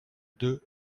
deux